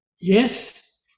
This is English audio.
Yes